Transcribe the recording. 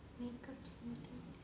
make up something